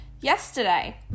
yesterday